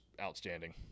outstanding